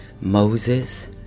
Moses